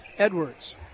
edwards